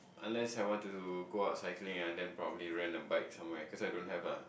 unless I want to go out cycling and then probably rent a bike somewhere cause I don't have ah